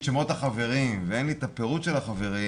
שמות החברים ואין לי את הפירוט של החברים,